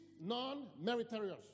non-meritorious